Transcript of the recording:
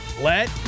Let